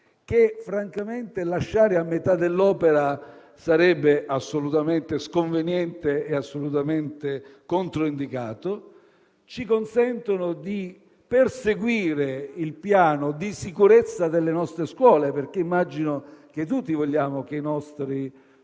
che francamente lasciare a metà dell'opera sarebbe assolutamente sconveniente e controindicato. Ci consentono di perseguire il piano di sicurezza delle nostre scuole, perché immagino che tutti vogliamo che i nostri